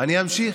אני אמשיך,